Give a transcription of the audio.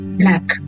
black